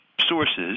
sources